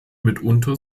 mitunter